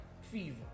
fever